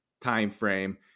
timeframe